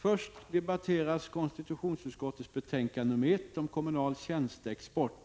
Först upptas alltså konstitutionsutskottets betänkande 1 om kommunal tjänsteexport.